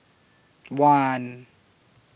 one